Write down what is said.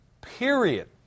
period